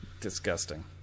disgusting